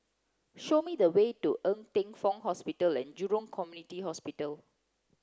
show me the way to Ng Teng Fong Hospital and Jurong Community Hospital